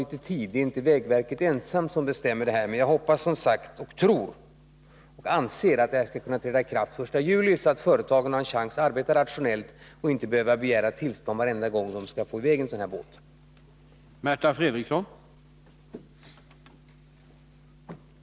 Det är alltså inte vägverket ensamt som bestämmer detta, men jag hoppas och anser, som sagt, att de nya reglerna skall kunna träda i kraft den 1 juli, så att företagen har en chans att arbeta rationellt och inte skall behöva begära tillstånd varje gång de skall transportera en båt per landsväg.